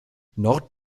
nord